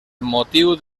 motiu